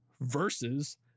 versus